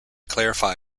clarify